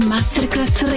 Masterclass